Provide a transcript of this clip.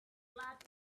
blurred